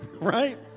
right